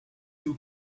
two